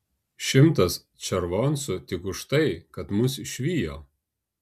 šimtas červoncų tik už tai kad mus išvijo